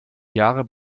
jahre